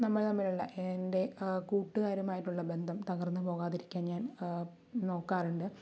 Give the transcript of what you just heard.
നമ്മൾ തമ്മിലുള്ള എന്റെ കൂട്ടുകാരുമായിട്ടുള്ള ബന്ധം തകർന്നു പോകാതിരിക്കാൻ ഞാൻ നോക്കാറുണ്ട്